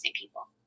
people